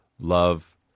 Love